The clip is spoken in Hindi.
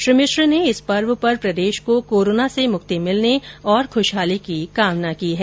श्री मिश्र ने इस पर्व पर प्रदेश को कोरोना से मुक्ति मिलने और खुशहाली की कामना की है